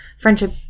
friendship